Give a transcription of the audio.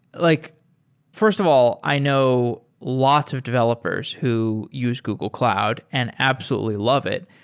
like first of all, i know lots of developers who use google cloud and absolutely love it,